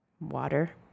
Water